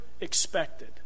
expected